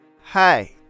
Hi